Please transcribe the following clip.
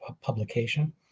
publication